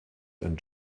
and